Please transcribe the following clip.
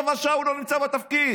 רבע שעה הוא לא נמצא בתפקיד,